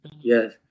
Yes